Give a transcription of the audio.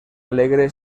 alegre